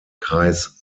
kreis